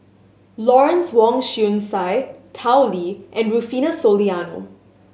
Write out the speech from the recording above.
Lawrence Wong Shyun Tsai Tao Li and Rufino Soliano